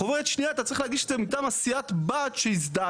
חוברת שנייה אתה צריך להגיש את זה מטעם סיעת הבת שהזדהתה.